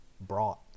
brought